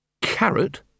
Carrot